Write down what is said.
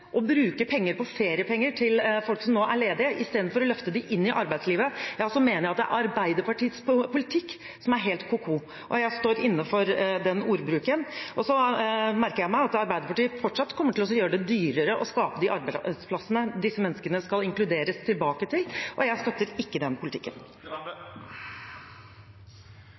å bruke penger på feriepenger til folk som nå er ledige, istedenfor å løfte dem inn i arbeidslivet, mener jeg at Arbeiderpartiets politikk er helt ko-ko, og jeg står inne for den ordbruken. Så merker jeg meg at Arbeiderpartiet fortsatt kommer til å gjøre det dyrere å skape de arbeidsplassene disse menneskene skal inkluderes i og tilbake til, og jeg støtter ikke den politikken.